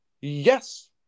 Yes